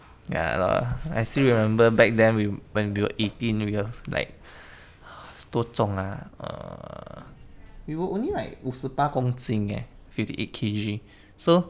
ya lor I still remember back then when we were eighteen we were like 多重 ah err we were only like 五十八公斤 eh fifty eight K_G so